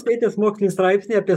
skaitęs mokslinį straipsnį apie